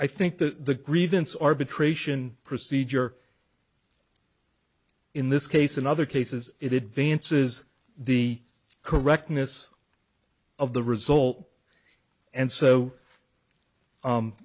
i think the grievance arbitration procedure in this case in other cases it vance's the correctness of the result and so